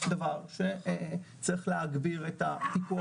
דבר שצריך להגביר את הפיקוח,